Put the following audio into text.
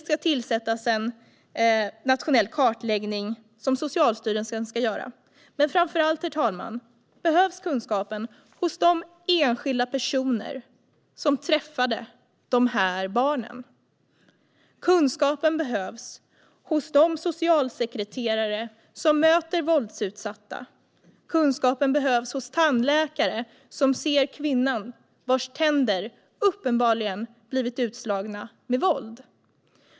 Socialstyrelsen ska göra en nationell kartläggning, men framför allt behövs kunskapen hos de enskilda personer som träffar dessa barn, herr talman. Kunskapen behövs hos de socialsekreterare som möter våldsutsatta. Kunskapen behövs hos tandläkare som ser den kvinna vars tänder uppenbarligen har blivit utslagna med våld.